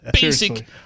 basic